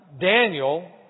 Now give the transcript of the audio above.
Daniel